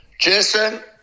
Jason